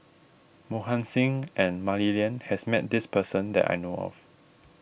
Mohan Singh and Mah Li Lian has met this person that I know of